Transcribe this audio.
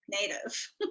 native